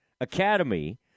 Academy